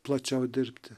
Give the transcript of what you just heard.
plačiau dirbti